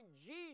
Jesus